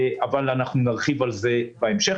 אבל נרחיב על זה בהמשך.